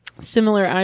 Similar